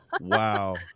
wow